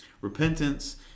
Repentance